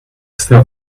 still